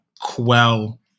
quell